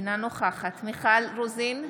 אינה נוכחת מיכל רוזין,